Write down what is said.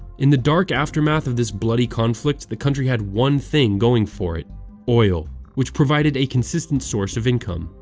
in the dark aftermath of this bloody conflict the country had one thing going for it oil, which provided a consistent source of income.